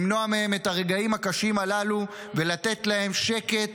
למנוע מהם את הרגעים הקשים הללו ולתת להם שקט